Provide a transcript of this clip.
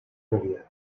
rubia